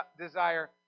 desire